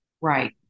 Right